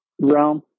realm